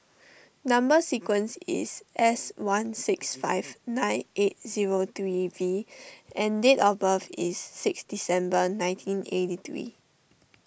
Number Sequence is S one six five nine eight zero three V and date of birth is six December nineteen eighty three